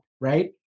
right